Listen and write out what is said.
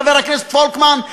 חבר הכנסת פולקמן,